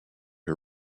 who